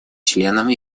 членам